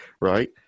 right